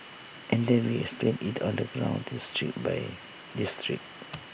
and then we explained IT on the ground district by district